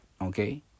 Okay